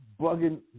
bugging